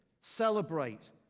Celebrate